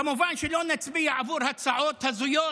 כמובן שלא נצביע עבור הצעות הזויות,